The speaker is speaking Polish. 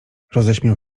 roześmiał